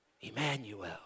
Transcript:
Emmanuel